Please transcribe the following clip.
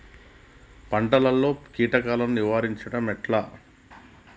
పంటలలో కీటకాలను నిరోధించడం ఎట్లా?